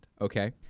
okay